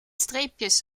streepjes